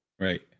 right